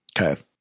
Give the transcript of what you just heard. Okay